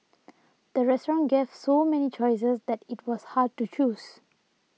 the restaurant gave so many choices that it was hard to choose